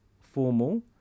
formal